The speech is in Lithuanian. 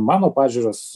mano pažiūros